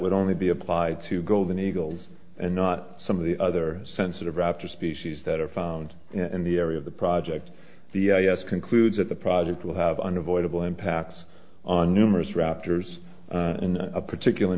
would only be applied to golden eagles and not some of the other sensitive raptor species that are found in the area of the project the u s concludes that the project will have unavoidable impacts on numerous raptors in a particular